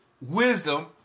wisdom